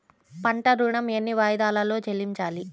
పంట ఋణం ఎన్ని వాయిదాలలో చెల్లించాలి?